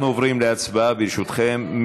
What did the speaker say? אנחנו עוברים להצבעה, ברשותכם.